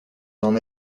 n’en